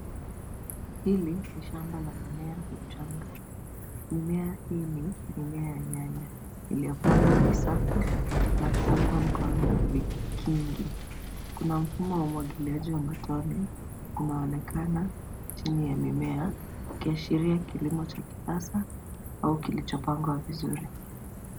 Hili ni shamba la mimea michanga. Mimea hii ni mimea ya nyanya iliyopandwa kwa safu na kuungwa mkono na vikingi. Kuna mfumo wa umwagiliaji wa matone unaonekana chini ya mimea ukiashiria kilimo cha kisasa au kilichopangwa vizuri.